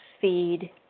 feed